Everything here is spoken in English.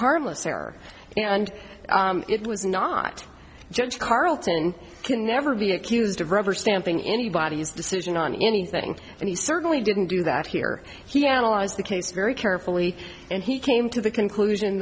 harmless error and it was not judged carlton can never be accused of rubber stamping any body's decision on anything and he certainly didn't do that here he analyzed the case very carefully and he came to the conclusion